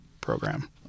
Program